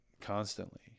constantly